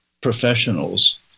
professionals